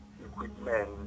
equipment